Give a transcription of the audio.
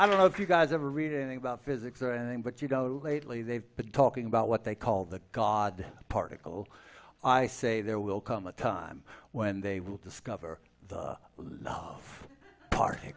i don't know if you guys ever read anything about physics but you go lately they've been talking about what they call the god particle i say there will come a time when they will discover of part